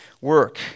work